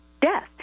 Death